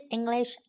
English